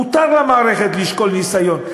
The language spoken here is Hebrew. מותר למערכת לשקול ניסיון.